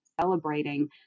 celebrating